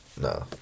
No